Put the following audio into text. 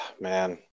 Man